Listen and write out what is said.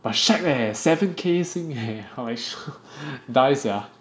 but shag eh seven K Sing eh I'm like shook die sia